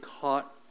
caught